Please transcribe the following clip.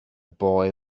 boy